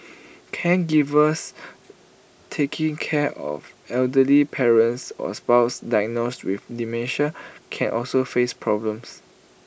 caregivers taking care of elderly parents or spouses diagnosed with dementia can also face problems